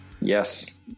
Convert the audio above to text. yes